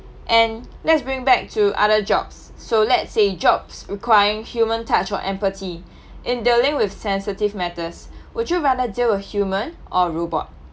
and let's bring back to other jobs so let's say jobs requiring human touch or empathy in dealing with sensitive matters would you rather deal with human or robot